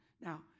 Now